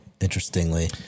interestingly